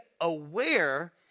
aware